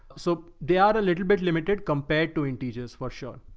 so they are a little bit limited compared to in teachers, for sure.